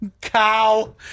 Cow